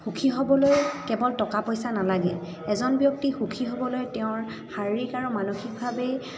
সুখী হ'বলৈ কেৱল টকা পইচা নালাগে এজন ব্যক্তি সুখী হ'বলৈ তেওঁৰ শাৰীৰিক আৰু মানসিকভাৱেই